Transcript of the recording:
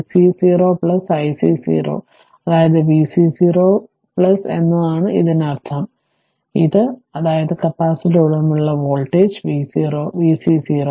vc 0 ic 0 അതായത് vc 0 എന്നാണ് ഇതിനർത്ഥം ഇത് അതായത് കപ്പാസിറ്ററിലുടനീളമുള്ള വോൾട്ടേജ് vc 0